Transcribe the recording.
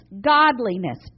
godliness